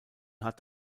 hat